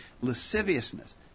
lasciviousness